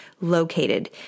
located